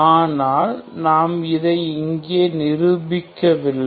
ஆனால் நாம் இதை இங்கே நிரூபிக்கவில்லை